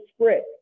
script